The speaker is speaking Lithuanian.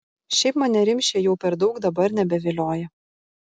šiaip mane rimšė jau per daug dabar nebevilioja